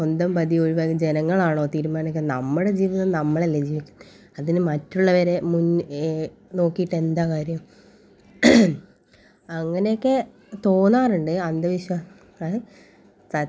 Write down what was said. സ്വന്തം പതിയെ ഒഴിവാക്കി ജനങ്ങളാണോ തീരുമാനിക്കുന്നത് നമ്മുടെ ജീവിതം നമ്മളല്ലേ ജീവിക്കുന്നത് അതിന് മറ്റുള്ളവരെ മുൻ നോക്കീട്ടെന്താണ് കാര്യം അങ്ങനെയൊക്കെ തോന്നാറുണ്ട് അന്ധവിശ്വാസം അത് സത്